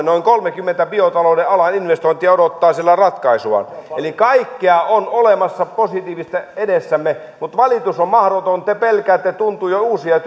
noin kolmenkymmenen biotalouden alan investointia odottaa siellä ratkaisuaan kaikkea on olemassa positiivista edessämme mutta valitus on mahdoton tuntuu että te pelkäätte jo uusia